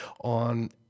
on